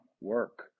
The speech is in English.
work